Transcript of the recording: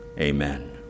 Amen